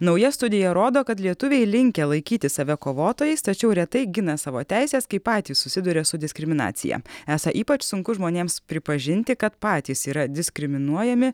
nauja studija rodo kad lietuviai linkę laikyti save kovotojais tačiau retai gina savo teises kai patys susiduria su diskriminacija esą ypač sunku žmonėms pripažinti kad patys yra diskriminuojami